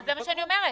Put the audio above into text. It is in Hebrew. זה מה שאני אומרת.